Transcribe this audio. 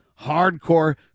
hardcore